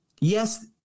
yes